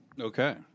Okay